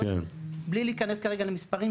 בלי להיכנס כרגע למספרים,